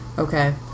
Okay